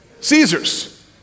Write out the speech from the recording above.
Caesar's